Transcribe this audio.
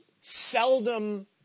seldom